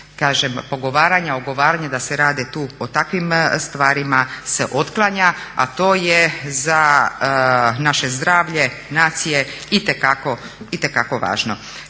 kažem pogovaranja, ogovaranja da se rade tu o takvim stvarima se otklanja, a to je za naše zdravlje nacije itekako važno.